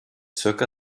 zirka